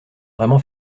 vraiment